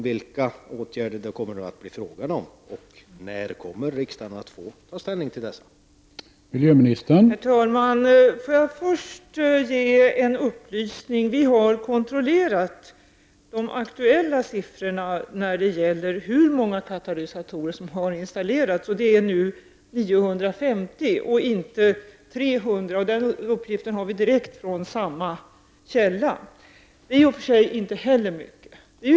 Vilka åtgärder kommer det att bli fråga om, och när kommer riksdagen att få ta ställning till förslagen?